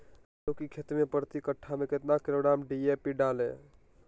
आलू की खेती मे प्रति कट्ठा में कितना किलोग्राम डी.ए.पी डाले?